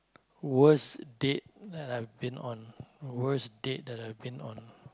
worst date that I have been on